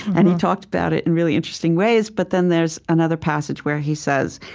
and he talked about it in really interesting ways. but then there's another passage where he says